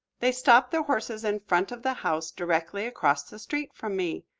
they stopped the horses in front of the house directly across the street from me.